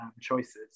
choices